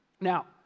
Now